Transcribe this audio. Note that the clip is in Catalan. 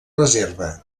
reserva